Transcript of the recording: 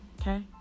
Okay